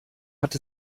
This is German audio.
hat